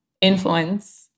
influence